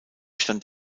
stand